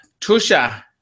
Tusha